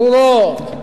ברורות,